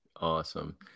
Awesome